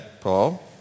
Paul